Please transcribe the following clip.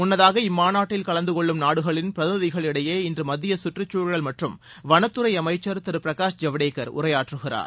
முன்னதாக இம்மாநாட்டில் கலந்து கொள்ளும் நாடுகளின் பிரதிநிதிகள் இடையே இன்று மத்திய சுற்றுச்சூழல் மற்றும் வனத்துறை அமைச்சர் திரு பிரகாஷ் ஜவடேகர் உரையாற்றுகிறார்